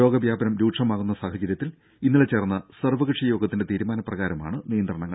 രോഗ വ്യാപനം രൂക്ഷമാകുന്ന സാഹചര്യത്തിൽ ഇന്നലെ ചേർന്ന സർവകക്ഷിയോഗത്തിന്റെ തീരുമാനപ്രകാരമാണ് നിയന്ത്രണങ്ങൾ